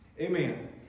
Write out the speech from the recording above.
amen